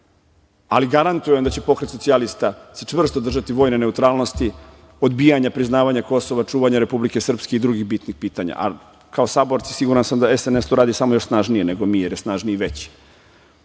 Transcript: Ali, garantujem da će se Pokret socijalista čvrsto držati vojne neutralnosti, odbijanja priznavanja Kosova, čuvanja Republike Srpske i drugih bitnih pitanja. Kao saborci, siguran sam da SNS to radi samo još snažnije nego mi, jer je snažniji i